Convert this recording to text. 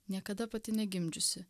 niekada pati negimdžiusi